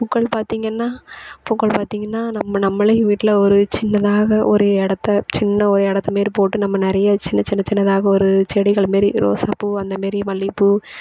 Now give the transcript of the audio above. பூக்கள் பார்த்தீங்கன்னா பூக்கள் பார்த்தீங்கன்னா நம்ம நம்பளே வீட்டில் ஒரு சின்னதாக ஒரு இடத்த சின்ன ஒரு இடத்த மாரி போட்டு நம்ம நிறைய சின்னச் சின்ன சின்னதாக ஒரு செடிகளு மாரி ரோசாப்பூ அந்த மாரி மல்லிப்பூ